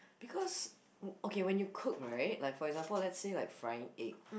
because okay when you cook right like for example let's say like frying egg